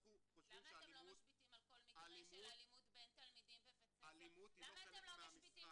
אנחנו חושבים שאלימות --- למה אתם לא משביתים